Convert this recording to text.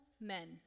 men